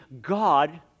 God